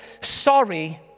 Sorry